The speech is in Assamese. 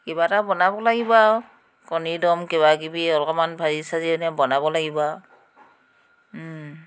কিবা এটা বনাব লাগিব আৰু কণী দম কিবাকিবি অলপমান ভাজি চাজি এনে বনাব লাগিব আৰু